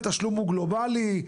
התשלום הוא גלובלי,